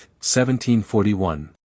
1741